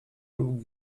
lub